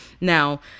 Now